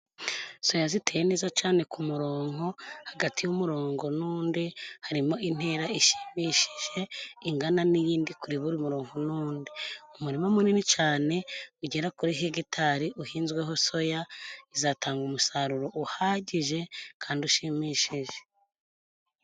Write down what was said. Soya ziteye neza cane, ku muronko hagati y'umurongo n'undi harimo intera ishimishije , ingana n'iyindi kuri buri muronko. Nundi umurima munini cane ugera kuri hegitari uhinzweho soya, izatanga umusaruro uhagije kandi ushimishije.